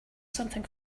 something